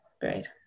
great